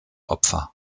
opfer